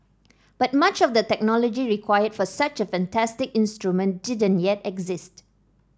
but much of the technology required for such a fantastic instrument didn't yet exist